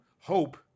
hope